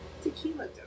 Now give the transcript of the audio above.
Tequila